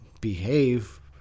behave